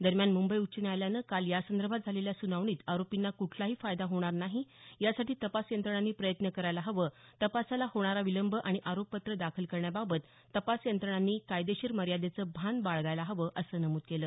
दरम्यान मुंबई उच्च न्यायालयानं काल यासंदर्भात झालेल्या सुनावणीत आरोपींना कुठलाही फायदा होणार नाही यासाठी तपास यंत्रणांनी प्रयत्न करायला हवं तपासाला होणारा विलंब आणि आरोपपत्र दाखल करण्याबाबत तपास यंत्रणांनी कायदेशीर मर्यादेचं भान बाळगायला हवं असं नमूद केलं